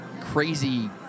crazy